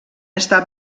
està